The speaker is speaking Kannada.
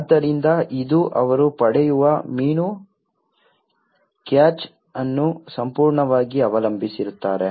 ಆದ್ದರಿಂದ ಇದು ಅವರು ಪಡೆಯುವ ಮೀನು ಕ್ಯಾಚ್ ಅನ್ನು ಸಂಪೂರ್ಣವಾಗಿ ಅವಲಂಬಿಸಿರುತ್ತದೆ